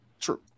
true